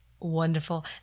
Wonderful